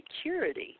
security